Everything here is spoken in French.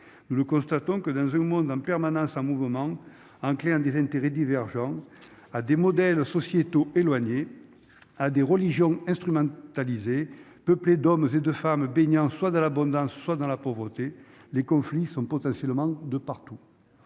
nous le constatons que dans un monde en permanence un mouvement un client des intérêts divergents, à des modèles sociétaux éloigné à des religions instrumentaliser peuplé d'hommes et de femmes baignant soit dans l'abondance, soit dans la pauvreté, les conflits sont potentiellement de partout